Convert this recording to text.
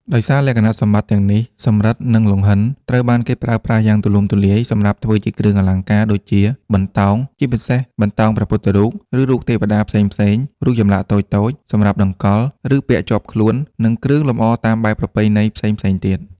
ដោយសារលក្ខណៈសម្បត្តិទាំងនេះ សំរឹទ្ធ និងលង្ហិនត្រូវបានគេប្រើប្រាស់យ៉ាងទូលំទូលាយសម្រាប់ធ្វើជាគ្រឿងអលង្ការ ដូចជា បន្តោង (ជាពិសេសបន្តោងព្រះពុទ្ធរូប ឬរូបទេវតាផ្សេងៗ) រូបចម្លាក់តូចៗសម្រាប់តម្កល់ ឬពាក់ជាប់ខ្លួន និងគ្រឿងលម្អតាមបែបប្រពៃណីផ្សេងៗទៀត។